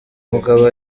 mugabo